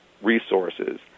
resources